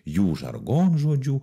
jų žargonžodžių